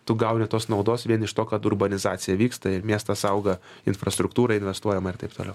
tu gauni tos naudos vien iš to kad urbanizacija vyksta ir miestas auga infrastruktūra investuojama ir taip toliau